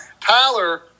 Tyler